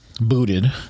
Booted